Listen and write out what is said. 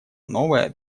новая